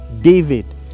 David